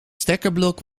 stekkerblok